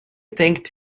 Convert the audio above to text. thanked